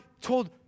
told